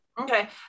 Okay